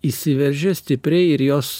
įsiveržė stipriai ir jos